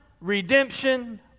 Redemption